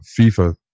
FIFA